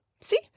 see